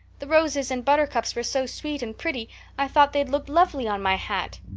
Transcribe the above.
the roses and buttercups were so sweet and pretty i thought they'd look lovely on my hat.